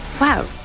Wow